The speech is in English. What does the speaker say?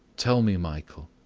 tell me, michael,